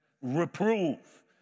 Reprove